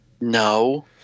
No